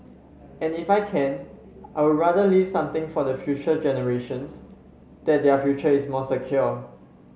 and if I can I would rather leave something for the future generations that their future is more secure